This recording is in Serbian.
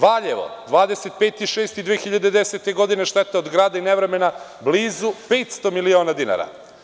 Valjevo, 25.6.2010. godine šteta od grada i nevremena blizu 500 miliona dinara.